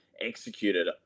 executed